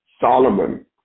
Solomon